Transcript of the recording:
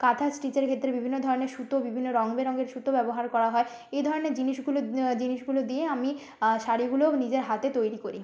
কাঁথা স্টিচের ক্ষেত্রে বিভিন্ন ধরনের সুতো বিভিন্ন রঙবেরঙের সুতো ব্যবহার করা হয় এই ধরনের জিনিসগুলো জিনিসগুলো দিয়ে আমি শাড়িগুলোও নিজের হাতে তৈরি করি